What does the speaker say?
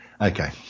okay